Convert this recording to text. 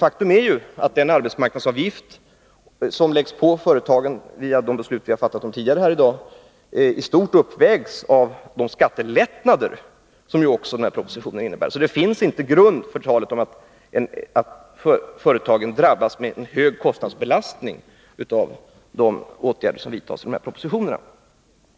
Faktum är att den arbetsmarknadsavgift som till följd av de beslut som vi tidigare i dag har fattat läggs på företagen i stort uppvägs av de skattelättnader som denna proposition också innebär. Det finns alltså inte någon grund för talet om att företagen skulle drabbas av en hög kostnadsbelastning till följd av de åtgärder som föreslås i denna proposition. Jag